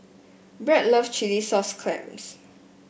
Brad loves Chilli Sauce Clams